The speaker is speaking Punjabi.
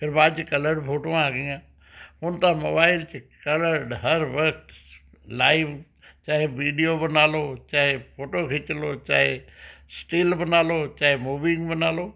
ਫਿਰ ਬਾਅਦ 'ਚ ਕਲਰਡ ਫੋਟੋਆਂ ਆ ਗਈਆਂ ਹੁਣ ਤਾਂ ਮੋਬਾਈਲ 'ਚ ਕਲਰਡ ਹਰ ਵਕਤ ਲਾਈਵ ਚਾਹੇ ਵੀਡੀਓ ਬਣਾ ਲਓ ਚਾਹੇ ਫੋਟੋ ਖਿੱਚ ਲਓ ਚਾਹੇ ਸਟਿਲ ਬਣਾ ਲਓ ਚਾਹੇ ਮੂਵੀ ਬਣਾ ਲਓ